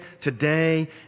today